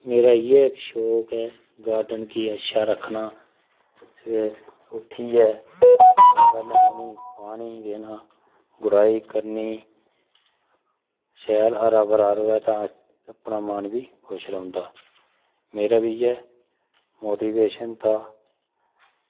मेरा इयै शौक ऐ गार्डन कि अच्छा रक्खना ते उट्ठियै खबर लैनी पानी देना गुडाई करनी शैल हरा भरा रवै तां अपना मन बी खुश रौहंदा मेरा बी इयै मोटिवेशन था